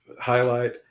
highlight